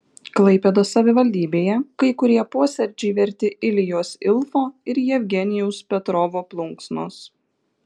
klaipėdos savivaldybėje kai kurie posėdžiai verti iljos ilfo ir jevgenijaus petrovo plunksnos